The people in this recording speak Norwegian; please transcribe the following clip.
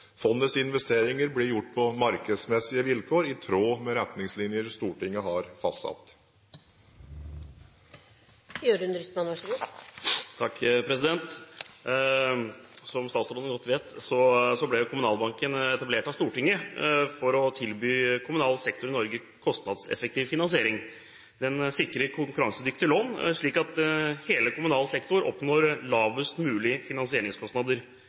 investeringer blir gjort på markedsmessige vilkår, i tråd med retningslinjer Stortinget har fastsatt. Som statsråden godt vet, ble Kommunalbanken etablert av Stortinget for å tilby kommunal sektor i Norge kostnadseffektiv finansiering. Den sikrer konkurransedyktige lån, slik at hele kommunal sektor oppnår lavest mulige finansieringskostnader.